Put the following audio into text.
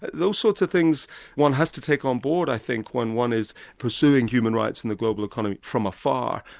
those sorts of things one has to take on board i think when one is pursuing human rights in the global economy from afar.